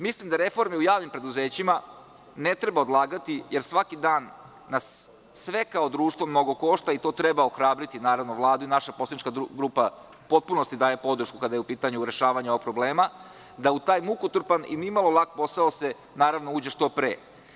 Mislim da reforme u javnim preduzećima ne treba odlagati, jer svaki dan na sve kao društvo mnogo košta i tu treba ohrabriti Vladu, naša poslanička grupa u potpunosti daje podršku kada je upitanju rešavanje ovog problema, da se u taj mukotrpan posao uđe što pre.